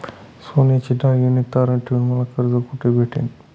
सोन्याचे दागिने तारण ठेवून मला कर्ज कुठे भेटेल?